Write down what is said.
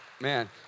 Man